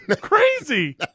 Crazy